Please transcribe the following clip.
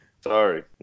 sorry